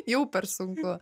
jau per sunku